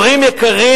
הורים יקרים,